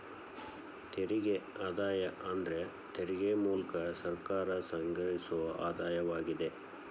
ತೆರಿಗೆ ಆದಾಯ ಅಂದ್ರ ತೆರಿಗೆ ಮೂಲ್ಕ ಸರ್ಕಾರ ಸಂಗ್ರಹಿಸೊ ಆದಾಯವಾಗಿದೆ